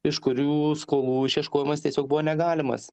iš kurių skolų išieškojimas tiesiog buvo negalimas